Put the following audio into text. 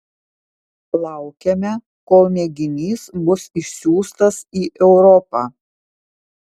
laukiame kol mėginys bus išsiųstas į europą